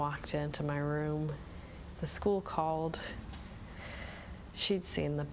walked into my room the school called she'd seen the